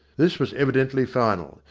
this was evidently final.